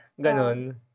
ganon